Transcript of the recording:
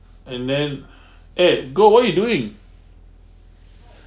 and then eh girl what you doing